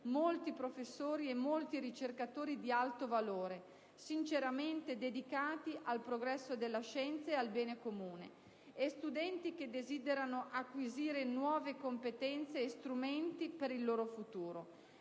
molti professori e ricercatori di alto valore, sinceramente dedicati al progresso della scienza e al bene comune, e studenti che desiderano acquisire nuove competenze e strumenti per il loro futuro.